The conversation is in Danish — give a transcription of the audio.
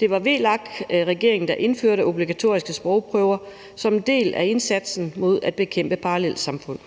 Det var VLAK-regeringen, der indførte obligatoriske sprogprøver som en del af indsatsen mod at bekæmpe parallelsamfund.